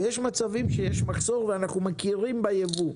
ויש מצבים שיש מחסור ואנחנו מכירים בייבוא,